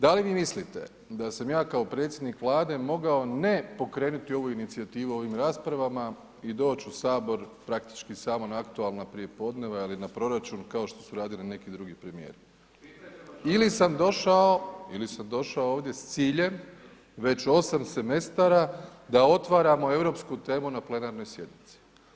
Da li vi mislite da sam ja kao predsjednik Vlade mogao ne pokrenuti ovu inicijativu ovim raspravama i doći u Sabor praktički samo na aktualna prijepodneva ili na proračun kao što su radili neki drugi premijeri ili sam došao ovdje s ciljem već 8 semestara da otvaramo europsku temu na plenarnoj sjednici?